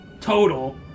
total